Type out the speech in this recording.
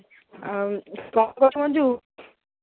ଆଉ କ'ଣ କରୁଛୁ ମଞ୍ଜୁ